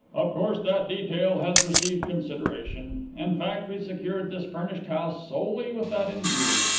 of course that detail has received consideration. in fact we secured this furnished house solely with that in view.